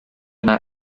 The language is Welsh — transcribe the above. yna